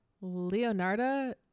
Leonardo